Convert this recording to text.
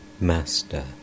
Master